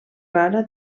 rara